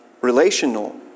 relational